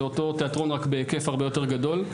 זה אותו תיאטרון רק בהיקף הרבה יותר גדול,